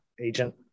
agent